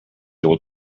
able